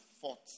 fought